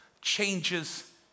changes